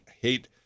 hate